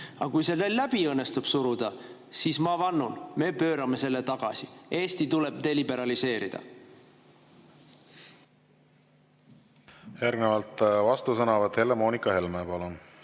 aga kui see teil läbi õnnestub suruda, siis ma vannun, et me pöörame selle tagasi. Eesti tuleb deliberaliseerida. Järgnevalt vastusõnavõtt, Helle-Moonika Helme, palun!